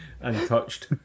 Untouched